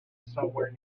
somewhere